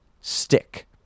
stick